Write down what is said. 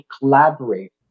collaborate